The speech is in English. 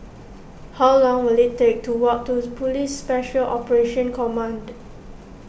how long will it take to walk to Police Special Operations Command